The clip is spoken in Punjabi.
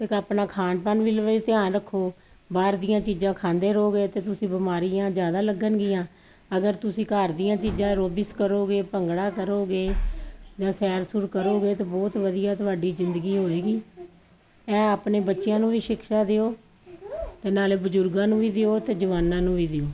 ਤਾ ਆਪਣਾ ਖਾਣ ਪਾਨ ਵੀ ਲਵੇ ਧਿਆਨ ਰੱਖੋ ਬਾਹਰ ਦੀਆਂ ਚੀਜ਼ਾਂ ਖਾਂਦੇ ਰਹੋਗੇ ਤੇ ਤੁਸੀਂ ਬਿਮਾਰੀ ਆ ਜਿਆਦਾ ਲੱਗਣਗੀਆਂ ਅਗਰ ਤੁਸੀਂ ਘਰ ਦੀਆਂ ਚੀਜ਼ਾਂ ਐਰੋਬੀਸ ਕਰੋਗੇ ਭੰਗੜਾ ਕਰੋਗੇ ਜਾਂ ਸੈਰ ਸੁਰ ਕਰੋਗੇ ਤੇ ਬਹੁਤ ਵਧੀਆ ਤੁਹਾਡੀ ਜਿੰਦਗੀ ਹੋਏਗੀ ਇਹ ਆਪਣੇ ਬੱਚਿਆਂ ਨੂੰ ਵੀ ਸ਼ਿਕਸ਼ਾ ਦਿਓ ਤੇ ਨਾਲੇ ਬਜ਼ੁਰਗਾਂ ਨੂੰ ਵੀ ਦਿਓ ਤੇ ਜਵਾਨਾਂ ਨੂੰ ਵੀ ਦਿਓ